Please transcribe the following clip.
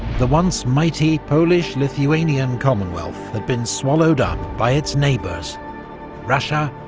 the once mighty polish-lithuanian commonwealth had been swallowed up by its neighbours russia,